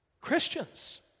Christians